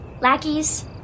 lackeys